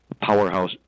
powerhouse